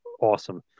awesome